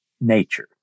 nature